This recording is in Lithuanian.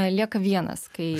lieka vienas kai